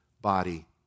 body